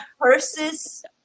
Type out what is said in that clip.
purses